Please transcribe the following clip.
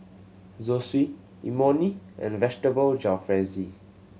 Zosui Imoni and Vegetable Jalfrezi